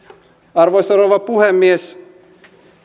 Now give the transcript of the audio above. arvoisa rouva puhemies